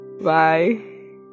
bye